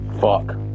fuck